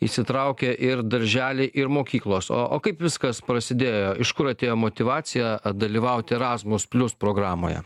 įsitraukia ir darželiai ir mokyklos o o kaip viskas prasidėjo iš kur atėjo motyvacija dalyvauti erasmus plius programoje